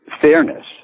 fairness